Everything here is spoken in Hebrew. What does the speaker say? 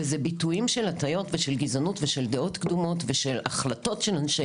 וזה ביטויים של הטיות ושל גזענות ושל דעות קדומות ושל החלטות של אנשי